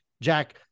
Jack